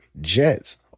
Jets